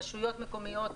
רשויות מקומיות,